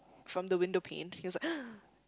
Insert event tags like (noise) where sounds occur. from the window panes he was like (noise)